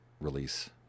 release